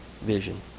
vision